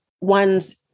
one's